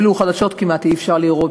אפילו חדשות כמעט אי-אפשר לראות,